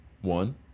one